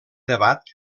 debat